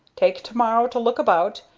take to-morrow to look about,